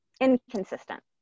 Inconsistent